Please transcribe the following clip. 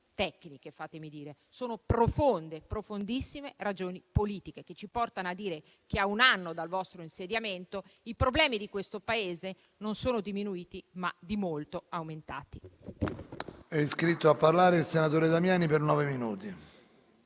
tecniche, ma sono profonde, profondissime ragioni politiche che ci portano a dire che, a un anno dal vostro insediamento, i problemi di questo Paese non sono diminuiti, ma di molto aumentati.